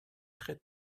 très